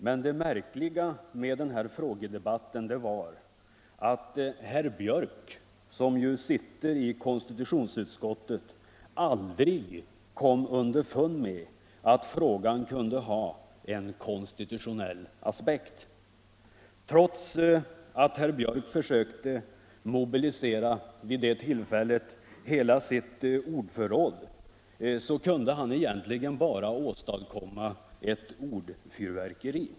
Men det märkliga med den debatten var att herr Björck, som ju sitter i konstitutionsutskottet, aldrig kom underfund med att frågan kunde ha en konstitutionell aspekt. Trots att herr Björck vid det tillfället försökte mobilisera hela sitt ordförråd kunde han egentligen bara åstadkomma ett ordfyrverkeri.